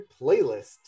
Playlist